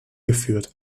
geführt